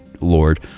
Lord